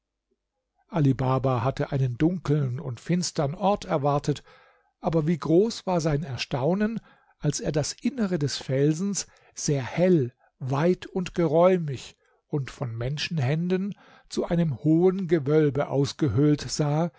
baba hatte einen dunkeln und finstern ort erwartet aber wie groß war sein erstaunen als er das innere des felsens sehr hell weit und geräumig und von menschenhänden zu einem hohen gewölbe ausgehöhlt sah